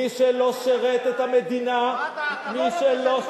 מי שלא שירת את המדינה, מי שלא,